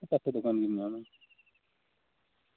ᱡᱚᱛᱚ ᱫᱚᱠᱟᱱ ᱨᱮᱜᱮᱢ ᱧᱟᱢᱟ